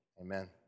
Amen